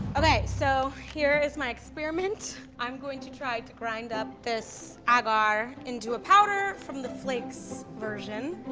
okay so, here is my experiment. i'm going to try to grind up this agar into a powder from the flakes version.